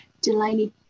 Delaney